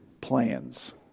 plans